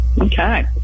Okay